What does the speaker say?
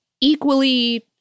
equally